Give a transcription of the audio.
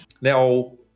Now